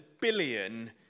billion